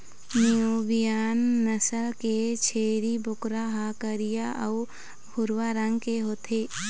Nubian नसल के छेरी बोकरा ह करिया अउ भूरवा रंग के होथे